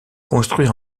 construit